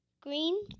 Green